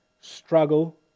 struggle